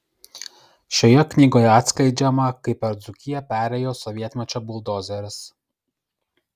šioje knygoje atskleidžiama kaip per dzūkiją perėjo sovietmečio buldozeris